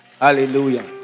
hallelujah